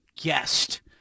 guest